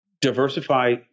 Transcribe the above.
diversify